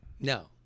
No